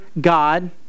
God